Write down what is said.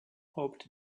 hoped